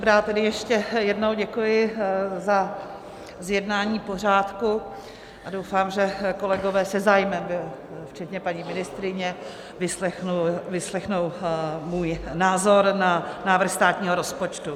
Dobrá, tedy ještě jednou děkuji za zjednání pořádku a doufám, že kolegové se zájmem včetně paní ministryně vyslechnou můj názor na návrh státního rozpočtu.